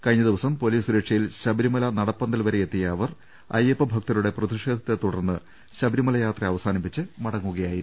കഴിഞ്ഞ ദിവസം പൊലീസ് ്സുരക്ഷയിൽ ശബരിമല നടപ്പന്തൽ വരെ എത്തിയ അവർ അയ്യപ്പഭൂക്തർുടെ പ്രതിഷേധത്തെ തുടർന്ന് ശബരിമല യാത്ര അവസ്ാനിപ്പിച്ച് മടങ്ങുകയായിരുന്നു